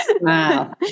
Wow